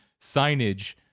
signage